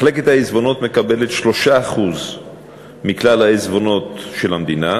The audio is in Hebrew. מחלקת העיזבונות מקבלת 3% מכלל העיזבונות של המדינה,